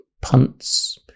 punts